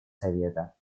совета